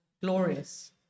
Glorious